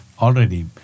Already